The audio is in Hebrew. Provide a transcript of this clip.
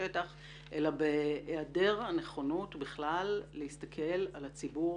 בשטח אלא בהיעדר הנכונות בכלל להסתכל על הציבור